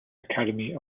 academy